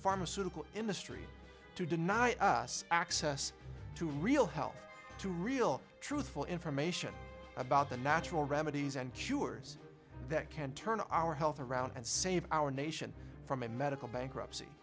pharmaceutical industry to deny us access to real health to real truthful information about the natural remedies and cures that can turn our health around and save our nation from a medical bankruptcy